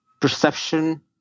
perception